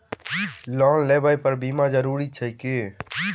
Loan लेबऽ पर बीमा जरूरी छैक की?